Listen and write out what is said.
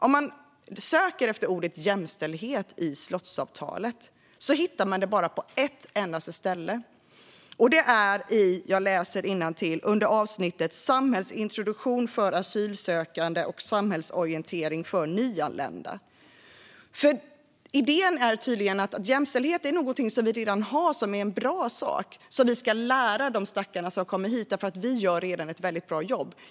Om man söker efter ordet jämställdhet i slottsavtalet hittar man det bara på ett endaste ställe, och det är under avsnittet Samhällsintroduktion för asylsökande, samhällsorientering för nyanlända. Idén är tydligen att jämställdhet är någonting som vi redan har som är en bra sak och som vi ska lära de stackare som kommer hit, för vi gör redan ett väldigt bra jobb.